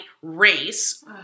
race